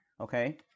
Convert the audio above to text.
okay